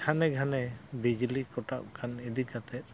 ᱜᱷᱟᱱᱮ ᱜᱷᱟᱱᱮ ᱵᱤᱡᱽᱞᱤ ᱠᱟᱴᱟᱜ ᱠᱟᱱ ᱤᱫᱤ ᱠᱟᱛᱮᱫ